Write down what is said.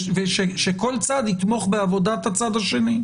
ושכל צד יתמוך בעבודת הצד השני.